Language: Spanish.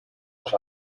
los